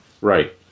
Right